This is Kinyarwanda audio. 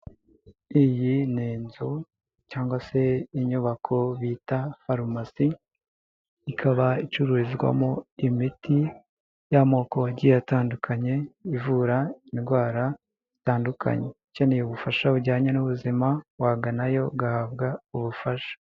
Iyi ni inzu cyangwa se inyubako bita farumasi, ikaba icururizwamo imiti y'amoko agiye atandukanye ivura indwara zitandukanye. Ukeneye ubufasha bujyanye n'ubuzima waganayo ugahabwa ubufasha.